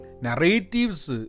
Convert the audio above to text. narratives